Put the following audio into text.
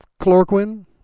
chloroquine